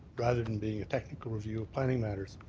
rather than being a technical review, planning matters,